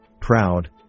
proud